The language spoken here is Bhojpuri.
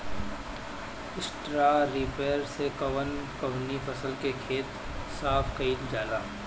स्टरा रिपर से कवन कवनी फसल के खेत साफ कयील जाला?